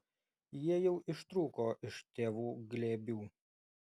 jie jau ištrūko iš tėvų glėbių